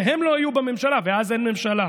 שהם לא יהיו בממשלה ואז אין ממשלה?